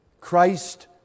Christ